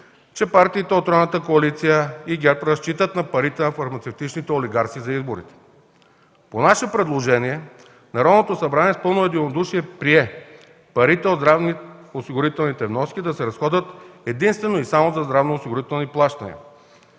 че партиите от Тройната коалиция и ГЕРБ разчитат на парите на фармацевтичните олигарси за изборите. По наше предложение Народното събрание с пълно единодушие прие парите от здравноосигурителните вноски да се разходват единствено и само за здравноосигурителни плащания,